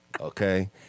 okay